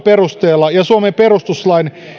perusteella ja suomen perustuslain